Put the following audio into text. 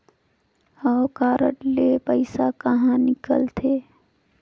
हव कारड ले पइसा कहा निकलथे?